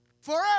forever